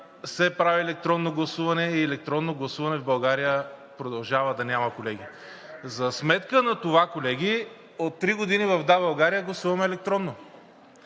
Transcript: все прави електронно гласуване и електронно гласуване в България продължава да няма, колеги. За сметка на това, колеги, от три години в „Да, България“ гласуваме електронно,